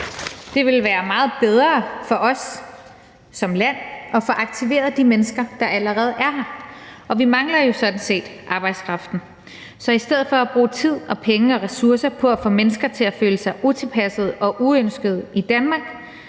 Det ville være meget bedre for os som land at få aktiveret de mennesker, der allerede er her, og vi mangler jo sådan set arbejdskraften. Så i stedet for at bruge tid og penge og ressourcer på at få mennesker til at føle sig utilpassede og uønskede i Danmark